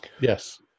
Yes